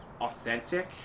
authentic